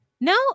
No